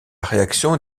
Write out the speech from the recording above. réaction